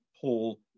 Paul